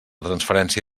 transferència